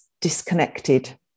disconnected